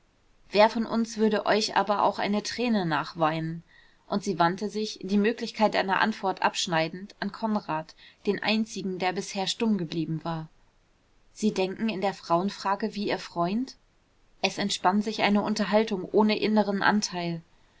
wer von uns würde euch aber auch eine träne nachweinen und sie wandte sich die möglichkeit einer antwort abschneidend an konrad den einzigen der bisher stumm geblieben war sie denken in der frauenfrage wie ihr freund es entspann sich eine unterhaltung ohne inneren anteil